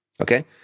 Okay